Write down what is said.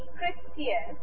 Christian